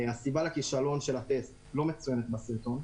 הסיבה לכישלון בטסט אינה מצוינת בסרטון.